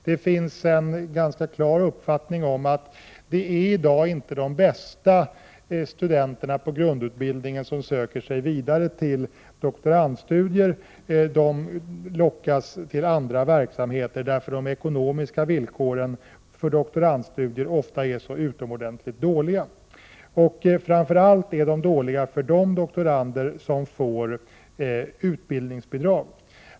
Det finns en ganska klar uppfattning om att det i dag inte är de bästa studenterna inom grundutbildningen som söker vidare till doktorandstudier. I stället lockas dessa till andra verksamheter, därför att de ekonomiska villkoren för doktorandstudier ofta är så utomordentligt dåliga. De ekonomiska villkoren är dåliga framför allt för de doktorander som får utbildningsbidrag.